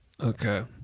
Okay